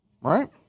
right